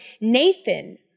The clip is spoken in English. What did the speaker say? Nathan